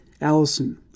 Allison